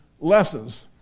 lessons